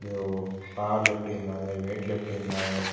ॿियो power lifting आहे weight lifting आहे